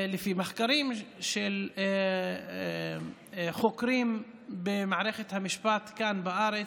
לפי מחקרים של חוקרים במערכת המשפט כאן בארץ,